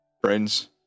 friends